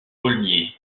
paulmier